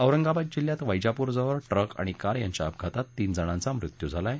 औरंगाबाद जिल्ह्यात वैजाप्रजवळ ट्रक आणि कार यांच्या अपघातात तीन जणांचा मृत्यू झाला आहे